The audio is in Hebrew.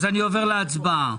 אני עובר להצבעה.